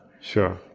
Sure